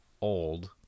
old